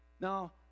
now